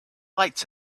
lights